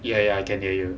yeah yeah I can hear you